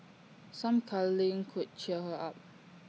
some cuddling could cheer her up